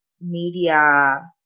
media